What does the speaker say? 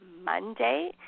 Monday